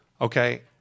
Okay